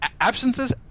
Absences